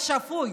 השפוי.